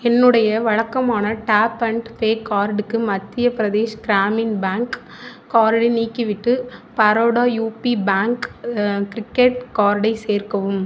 என்னுடைய வழக்கமான tap and pay கார்டுக்கு மத்தியபிரதேஷ் கிராமின் பேங்க் கார்டை நீக்கிவிட்டு பரோடா யூபி பேங்க் கிரிக்கட் கார்டை சேர்க்கவும்